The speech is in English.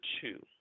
two